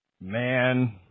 Man